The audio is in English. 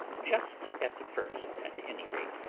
just at the first at any rate.